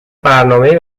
برنامهای